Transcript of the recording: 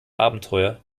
abenteuer